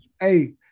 Hey